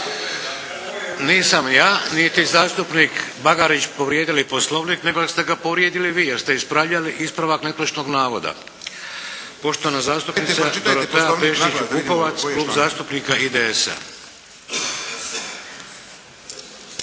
Nisam ja, niti zastupnik Bagarić povrijedili Poslovnik, nego ste ga povrijedili vi jer ste ispravljali ispravak netočnog navoda. Poštovana zastupnica Dorotea Pešić-Bukovac, Klub zastupnika IDS-a.